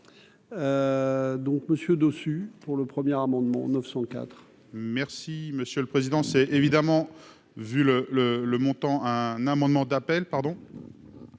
Donc Monsieur dessus pour le premier amendement 904. Merci monsieur le président, c'est évidemment vu le le le montant un amendement d'appel